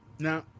No